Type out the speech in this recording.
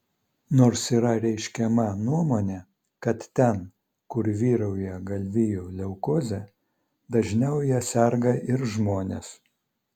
nors yra reiškiama nuomonė kad ten kur vyrauja galvijų leukozė dažniau ja serga ir žmonės